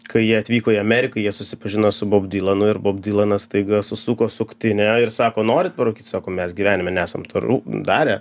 kai jie atvyko į ameriką jie susipažino su bob dilanu ir bob dilanas staiga susuko suktinę ir sako norit parūkyt sako mes gyvenime nesam to rū darę